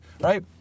right